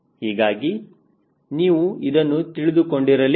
ಹೀಗಾಗಿ ನೀವು ಇದನ್ನು ತಿಳಿದುಕೊಂಡಿರಲೇಬೇಕು